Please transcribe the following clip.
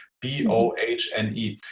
B-O-H-N-E